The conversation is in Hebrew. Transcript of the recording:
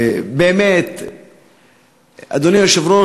אדוני היושב-ראש,